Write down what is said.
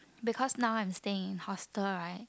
because now I'm staying in hostel right